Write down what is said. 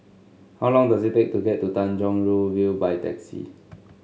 how long does it take to get to Tanjong Rhu View by taxi